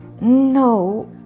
No